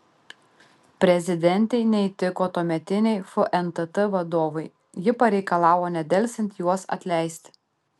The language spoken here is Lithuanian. prezidentei neįtiko tuometiniai fntt vadovai ji pareikalavo nedelsiant juos atleisti